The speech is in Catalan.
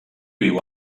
viu